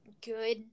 good